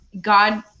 God